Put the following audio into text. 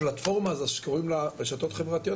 הפלטפורמה הזו שקוראים לה רשתות חברתיות,